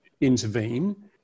intervene